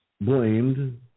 blamed